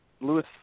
Lewis